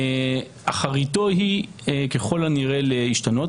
אחריתו היא ככל הנראה להשתנות.